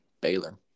Baylor